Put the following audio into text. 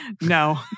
no